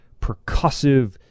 percussive